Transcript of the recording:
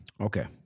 Okay